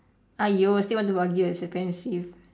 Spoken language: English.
!aiyo! you still want to argue expensive